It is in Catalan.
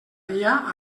dia